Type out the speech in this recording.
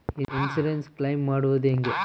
Insurance claim ಮಾಡದು ಹೆಂಗೆ?